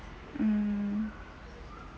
mm